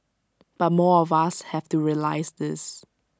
but more of us have to realise this